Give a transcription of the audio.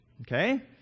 Okay